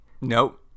Nope